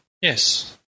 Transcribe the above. Yes